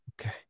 Okay